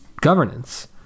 governance